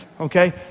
okay